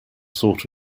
sort